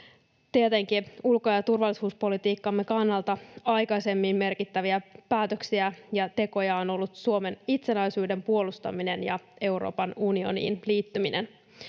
Tietenkin ulko- ja turvallisuuspolitiikkamme kannalta aikaisemmin merkittäviä päätöksiä ja tekoja on ollut Suomen itsenäisyyden puolustaminen ja Euroopan unioniin liittyminen.